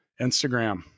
Instagram